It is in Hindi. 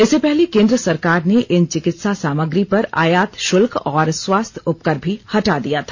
इससे पहले केंद्र सरकार ने इन चिकित्सा सामग्री पर आयात शुल्क और स्वास्थ्य उपकर भी हटा दिया था